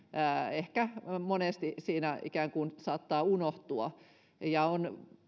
ehkä monesti siinä ikään kuin saattaa unohtua että tällaisessa tilanteessa on